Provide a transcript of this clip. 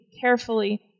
carefully